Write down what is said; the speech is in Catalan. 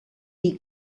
dir